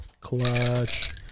Clutch